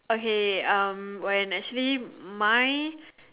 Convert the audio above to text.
okay um when actually my